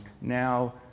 now